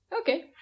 Okay